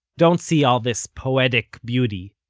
don't see all this poetic beauty.